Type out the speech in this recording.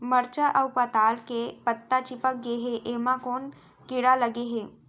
मरचा अऊ पताल के पत्ता चिपक गे हे, एमा कोन कीड़ा लगे है?